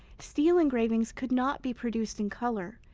steel engravings could not be produced in color,